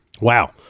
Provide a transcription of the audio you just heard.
wow